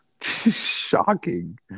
shocking